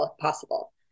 possible